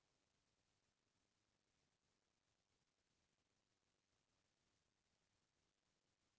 यदि कोनो कारन ले ऋण पटाय मा मोला देर हो जाथे, तब के प्रक्रिया ला बतावव